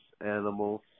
animals